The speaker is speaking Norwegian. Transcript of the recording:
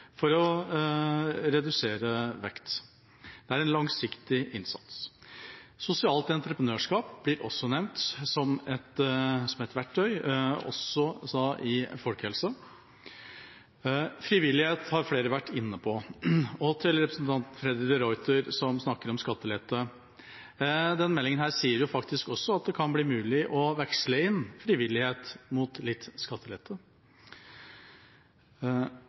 for å redusere vekt. Det er en langsiktig innsats. Sosialt entreprenørskap blir også nevnt som et verktøy i folkehelsa. Frivillighet har flere vært inne på. Til representanten Freddy de Ruiter, som snakker om skattelette: Denne meldingen sier også at det kan bli mulig å veksle inn frivillighet mot litt skattelette.